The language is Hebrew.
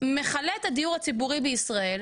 מכלה את הדיור הציבורי בישראל?